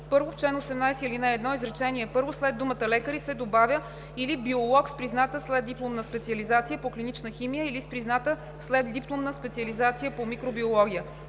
1. В чл. 18, ал. 1, изречение 1 след думата „лекари“ се добавя „или биолог с призната следдипломна специализация по клинична химия или с призната следдипломна специализация по микробиология“.